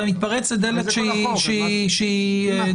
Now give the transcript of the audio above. אתה מתפרץ לדלת שהיא --- אבל זה כל החוק.